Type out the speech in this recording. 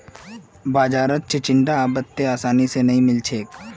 बाजारत चिचिण्डा अब अत्ते आसानी स नइ मिल छेक